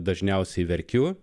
dažniausiai verkiu